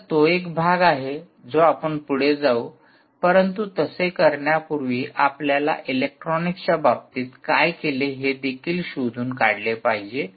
तर तो एक भाग आहे जो आपण पुढे जाऊ परंतु तसे करण्यापूर्वी आपल्याला इलेक्ट्रॉनिक्सच्या बाबतीत काय केले हे देखील शोधून काढले पाहिजे